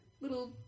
little